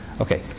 Okay